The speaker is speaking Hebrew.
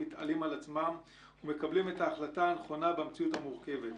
מתעלים על עצמם ומקבלים את ההחלטה הנכונה במציאות המורכבת.